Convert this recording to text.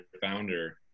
founder